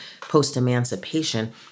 post-emancipation